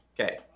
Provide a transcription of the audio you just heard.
Okay